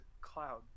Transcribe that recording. cloud